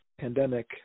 pandemic